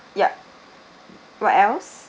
yup what else